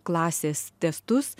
klasės testus